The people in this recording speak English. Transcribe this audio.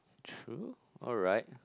true alright